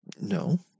No